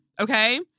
Okay